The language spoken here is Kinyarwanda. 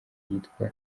yitwa